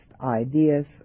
ideas